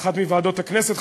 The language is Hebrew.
באחת מוועדות הכנסת,